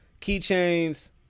Keychains